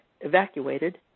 evacuated